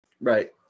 Right